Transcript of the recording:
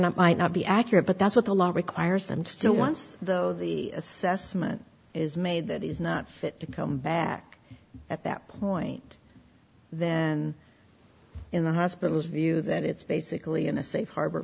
not might not be accurate but that's what the law requires and so once though the assessment is made that he's not fit to come back at that point and in the hospital view that it's basically in a safe harbor